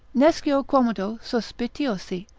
nescio quomodo suspitiosi,